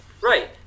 Right